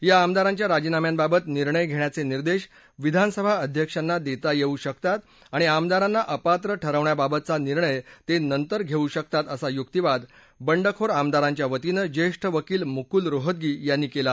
या आमदारांच्या राजीनाम्यांबाबत निर्णय घेण्याचे निर्देश विधानसभा अध्यक्षांना देता येऊ शकतात आणि आमदारांना अपात्र ठरवण्याबाबतचा निर्णय ते नंतर घेऊ शकतात असा युक्तिवाद बंडखोर आमदारांच्या वतीनं ज्येष्ठ वकील मुकुल रोहतगी यांनी केला